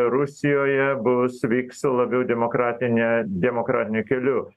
rusijoje bus vyks labiau demokratine demokratiniu keliu